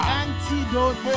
antidote